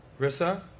Rissa